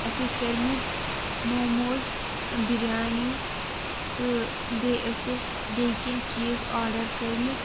اسہِ ٲسۍ کٔرۍمٕتۍ موموز بِریانی تہٕ بیٚیہِ ٲسۍ اسہِ بیٚیہِ کیٚنہہ چیٖز آرڈَر کٔرۍمٕتۍ